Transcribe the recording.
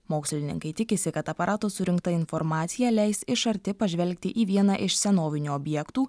mokslininkai tikisi kad aparato surinkta informacija leis iš arti pažvelgti į vieną iš senovinių objektų